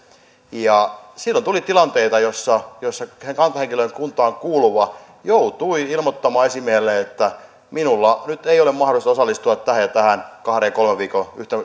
tai upseerille silloin tuli tilanteita joissa kantahenkilökuntaan kuuluva joutui ilmoittamaan esimiehelle että minulla nyt ei ole mahdollisuutta osallistua tähän ja tähän kahden tai kolmen viikon